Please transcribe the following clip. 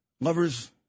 lovers